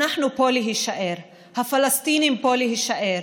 אנחנו פה להישאר, הפלסטינים פה להישאר.